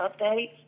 updates